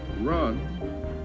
run